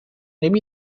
neem